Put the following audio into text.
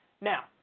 Now